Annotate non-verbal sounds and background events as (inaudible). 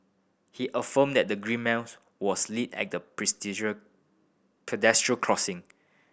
he affirmed that the green man (unintelligible) was lit at the (unintelligible) pedestrian crossing